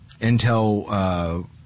Intel